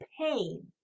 pain